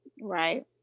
Right